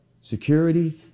security